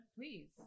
Please